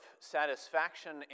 satisfaction